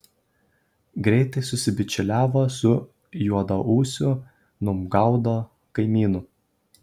greitai susibičiuliavo su juodaūsiu numgaudo kaimynu